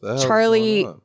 Charlie